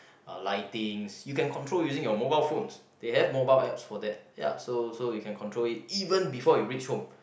uh lightings you can control using your mobile phones they have mobile apps for that ya so so you can control it even before you reach home